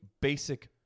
basic